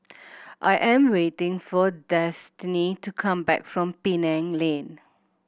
I am waiting for Destany to come back from Penang Lane